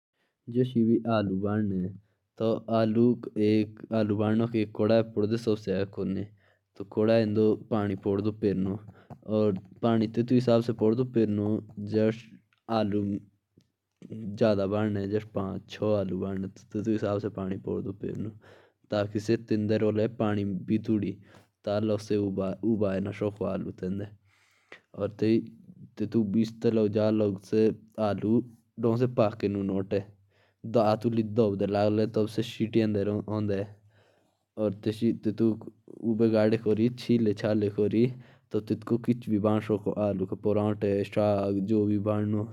जैसे मुज्हे आलू गरम करने हैं। तो उसमें पानी जादा छोड़ो बस। और फिर उसे दो से तीन बार उबालो तब जाके आड़ी गरम हो जाएगी।